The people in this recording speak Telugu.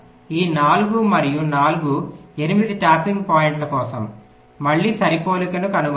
ఈ 4 మరియు 4 8 ట్యాపింగ్ పాయింట్ల కోసం మళ్ళీ సరిపోలికను కనుగొనండి